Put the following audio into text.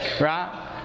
Right